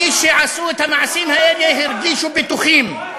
מי שעשו את המעשים האלה הרגישו בטוחים.